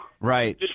Right